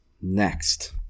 next